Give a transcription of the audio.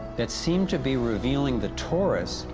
that seem to be revealing the torus,